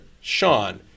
Sean